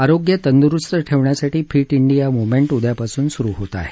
आरोग्य तंदुरुस्त ठेवण्यासाठी फिट डिया मुव्हमेंट उद्यापासून सुरु होत आहे